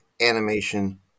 animation